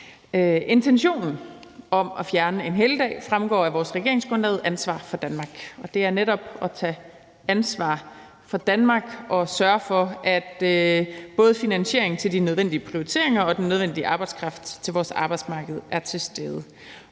Intentionen om at fjerne en helligdag fremgår af vores regeringsgrundlag Ansvar for Danmark, og det er netop at tage ansvar for Danmark og sørge for, at både finansieringen af de nødvendige prioriteringer og den nødvendige arbejdskraft til vores arbejdsmarked er til stede.